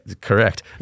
correct